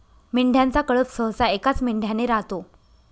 मेंढ्यांचा कळप सहसा एकाच मेंढ्याने राहतो